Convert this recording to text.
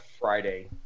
Friday